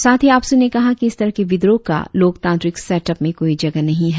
साथही आपसु ने कहा की इस तरह के विद्रोह का लोकतांत्रिक सेट अप में कोई जगह नही है